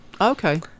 Okay